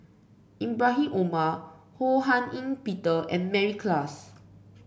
Ibrahim Omar Ho Hak Ean Peter and Mary Klass